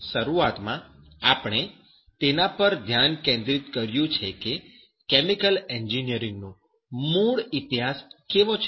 તેથી શરૂઆતમાં આપણે તેના પર ધ્યાન કેન્દ્રિત કર્યું છે કે કેમિકલ એન્જિનિયરિંગનો મૂળ ઈતિહાસ કેવો છે